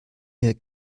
ihr